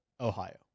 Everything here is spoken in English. Ohio